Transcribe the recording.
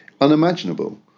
Unimaginable